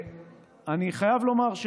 אני חייב לומר,